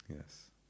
Yes